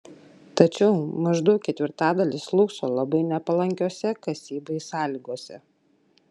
tačiau maždaug ketvirtadalis slūgso labai nepalankiose kasybai sąlygose